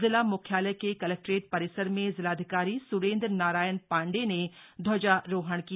जिला मुख्यालय के कलेक्ट्रेट परिसर में जिलाधिकारी स्रेन्द्र नारायण पाण्डेय ने ध्वजारोहण किया